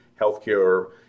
healthcare